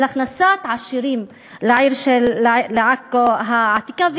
התוכנית היא של הכנסת עשירים לעכו העתיקה.